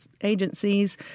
agencies